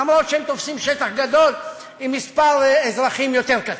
למרות שהם תופסים שטח גדול עם מספר אזרחים יותר קטן.